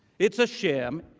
it's a sham.